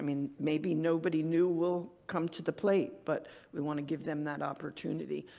mean, maybe nobody new will come to the plate, but we want to give them that opportunity.